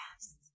yes